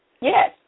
Yes